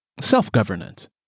self-governance